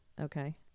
Okay